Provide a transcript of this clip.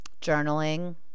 journaling